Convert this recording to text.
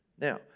Now